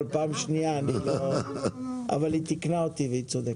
אבל בפעם השניה אני לא --- אבל היא תיקנה אותי והיא צודקת.